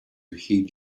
heed